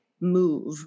move